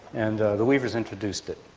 and the weavers introduced it.